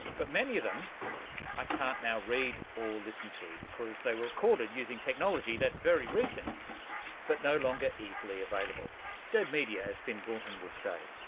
but many of them i can't now read or listen to because they were recorded using technology that's very recent but no longer easily available dead media, as finn brunton would say.